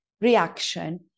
reaction